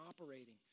operating